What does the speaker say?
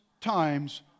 times